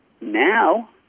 Now